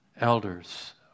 elders